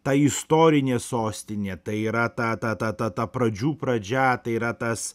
ta istorinė sostinė tai yra ta ta ta ta pradžių pradžia tai yra tas